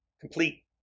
Complete